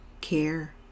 care